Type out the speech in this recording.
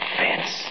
fence